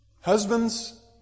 Husbands